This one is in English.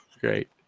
Great